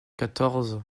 quatorze